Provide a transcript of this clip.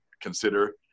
consider